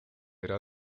era